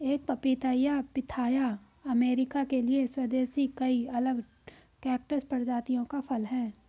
एक पपीता या पिथाया अमेरिका के लिए स्वदेशी कई अलग कैक्टस प्रजातियों का फल है